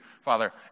Father